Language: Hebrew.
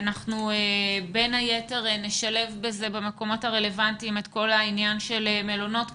בין היתר נשלב במקומות הרלוונטיים את כל העניין של מלונות קורונה,